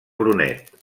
brunet